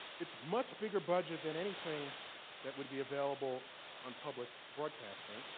it's much bigger budget than anything that would be available on public broadcasting.